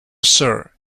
sir